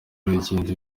y’urugendo